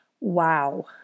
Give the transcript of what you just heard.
Wow